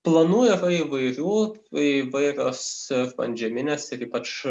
planuojama įvairių įvairios antžeminės ir ypač